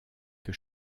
que